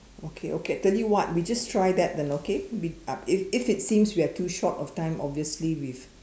okay okay I tell you what we just try that then okay if it seems we are too short of time obviously we